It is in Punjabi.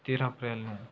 ਤੇਰ੍ਹਾਂ ਅਪ੍ਰੈਲ ਨੂੰ